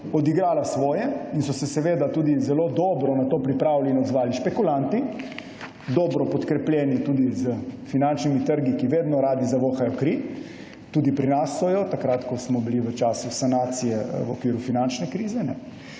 odigrala svoje, in so se tudi zelo dobro na to pripravili in odzvali špekulanti, dobro podkrepljeni tudi s finančnimi trgi, ki vedno radi zavohajo kri, tudi pri nas so jo, ko smo bili v času sanacije v okviru finančne krize,